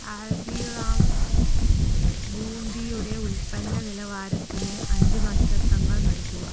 ഹാൽദിറാംസ് ബൂന്തിയുടെ ഉൽപ്പന്ന നിലവാരത്തിന് അഞ്ച് നക്ഷത്രങ്ങൾ നൽകുക